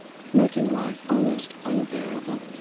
making life almost unbearable.